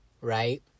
right